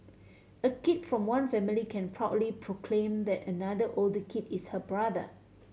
a kid from one family can proudly proclaim that another older kid is her brother